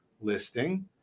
listing